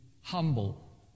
humble